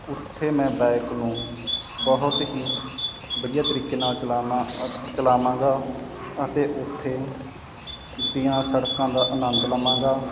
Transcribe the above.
ਉੱਥੇ ਮੈਂ ਬਾਇਕ ਨੂੰ ਬਹੁਤ ਹੀ ਵਧੀਆ ਤਰੀਕੇ ਨਾਲ ਚਲਾਣਾ ਚਲਾਵਾਂਗਾ ਅਤੇ ਉੱਥੇ ਦੀਆਂ ਸੜਕਾਂ ਦਾ ਆਨੰਦ ਲਵਾਂਗਾ